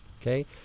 okay